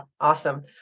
Awesome